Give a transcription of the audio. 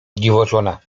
dziwożona